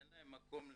אין להם מקום להיות.